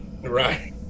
Right